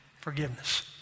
forgiveness